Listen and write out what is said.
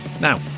Now